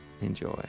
Enjoy